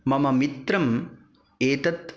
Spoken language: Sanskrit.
मम मित्रम् एतत्